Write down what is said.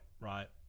right